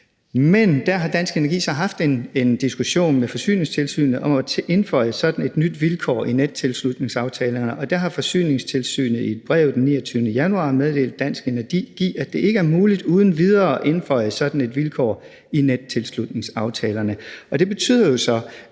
Men der har Dansk Energi så haft en diskussion med Forsyningstilsynet om at indføje sådan et nyt vilkår i nettilslutningsaftalerne, og Forsyningstilsynet har i et brev den 29. januar meddelt Dansk Energi, at det ikke er muligt uden videre at indføje sådan et vilkår i nettilslutningsaftalerne. Og det betyder jo så,